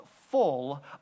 full